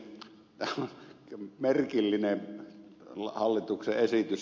tämä on merkillinen hallituksen esitys